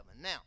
Now